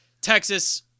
Texas